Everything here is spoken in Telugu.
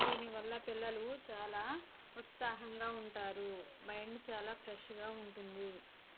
దీనివల్ల పిల్లలు చాలా ఉత్సాహంగా ఉంటారు మైండ్ చాలా ఫ్రెష్గా ఉంటుంది